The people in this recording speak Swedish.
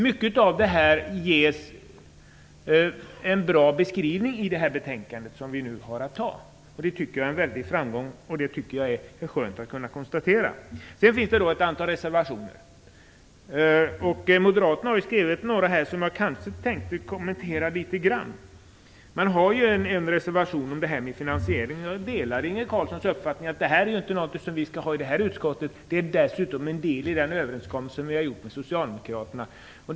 I det betänkande som vi nu har att behandla ges det en bra beskrivning av detta. Det är en väldig framgång, och det är skönt att kunna konstatera det. Det finns ett antal reservationer till betänkandet. Moderaterna har lämnat några som jag skall kommentera litet. Moderaterna ha en reservation om finansieringen av EU-avgiften. Jag delar Inge Carlssons uppfattning att det inte är en fråga för jordbruksutskottet. Det ingår dessutom som en del i den överenskommelse som vi träffat med Socialdemokraterna.